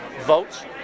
votes